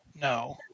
no